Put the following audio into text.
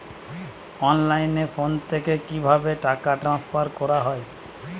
অনলাইনে ফোন থেকে কিভাবে টাকা ট্রান্সফার করা হয়?